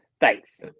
Thanks